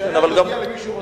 יישאר ויודיע למי שהוא רוצה.